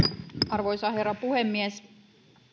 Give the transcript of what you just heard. arvoisa herra puhemies